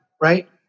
right